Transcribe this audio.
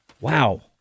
Wow